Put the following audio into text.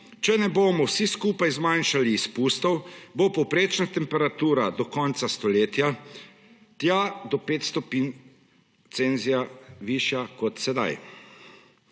če ne bomo vsi skupaj zmanjšali izpustov, bo povprečna temperatura do konca stoletja tja do 5 stopinj Celzija višja kot sedaj.